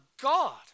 God